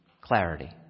clarity